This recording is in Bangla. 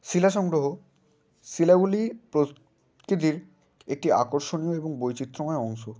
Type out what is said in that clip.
শিলা সংগ্রহ শিলাগুলি প্রোস কিতির একটি আকর্ষণীয় এবং বৈচিত্র্যময় অংশ